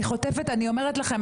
אני אומרת לכם,